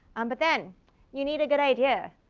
um but then you need a good idea,